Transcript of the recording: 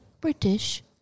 British